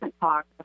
talk